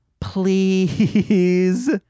Please